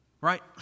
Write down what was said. right